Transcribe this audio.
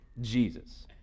Jesus